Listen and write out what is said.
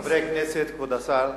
חברי הכנסת, כבוד השר,